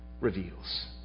reveals